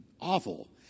awful